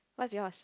what's yours